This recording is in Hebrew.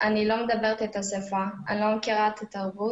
אני לא מדברת את השפה, אני לא מכירה את התרבות,